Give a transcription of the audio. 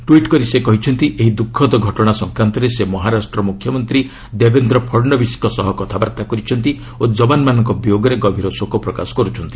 tweet କରି ସେ କହିଛନ୍ତି ଏହି ଦ୍ୟୁଖଦ ଘଟଣା ସଂକ୍ରାନ୍ତରେ ସେ ମହାରାଷ୍ଟ୍ରରମୁଖ୍ୟମନ୍ତ୍ରୀ ଦେବେନ୍ଦ୍ର ଫଡ଼ଶବୀଶଙ୍କ ସହ କଥାବାର୍ତ୍ତା କରିଛନ୍ତି ଓ ଯବାନମାନଙ୍କ ବିୟୋଗରେ ଗଭୀର ଶୋକ ପ୍ରକାଶ କରୁଛନ୍ତି